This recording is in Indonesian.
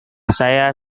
saya